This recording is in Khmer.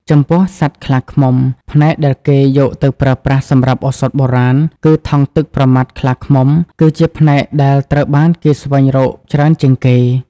ចំពោះសត្វខ្លាឃ្មុំ ផ្នែកដែលគេយកទៅប្រើប្រាស់សម្រាប់ឱសថបុរាណគឺថង់ទឹកប្រមាត់ខ្លាឃ្មុំ គឺជាផ្នែកដែលត្រូវបានគេស្វែងរកច្រើនជាងគេ។